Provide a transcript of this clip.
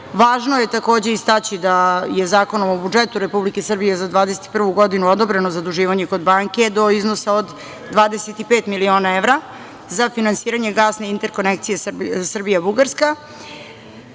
Važno je takođe istaći da je Zakonom o budžetu Republike Srbije za 2021. godine odobreno zaduživanje kod banke do iznosa od 25 miliona evra za finansiranje gasne interkonekcije Srbija-Bugarska.